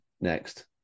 next